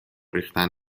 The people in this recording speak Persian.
ریختن